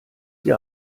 ihr